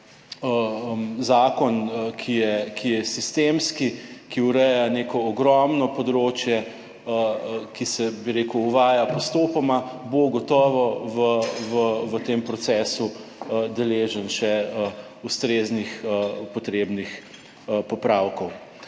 zakon, ki je sistemski, ki ureja neko ogromno področje, ki se, bi rekel, uvaja postopoma, bo gotovo v tem procesu deležen še ustreznih potrebnih popravkov.